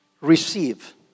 Receive